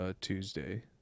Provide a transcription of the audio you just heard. Tuesday